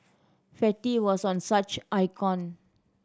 fatty was one such icon